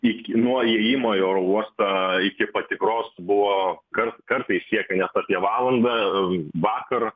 ik nuo įėjimo į oro uostą iki patikros buvo kar kartais siekė net apie valandą vakar